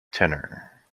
tenor